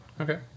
Okay